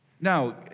Now